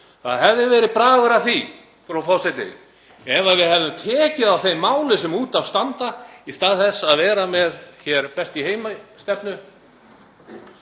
Það hefði verið bragur að því, frú forseti, ef við hefðum tekið á þeim málum sem út af standa í stað þess að vera hér með „best í heimi“-stefnu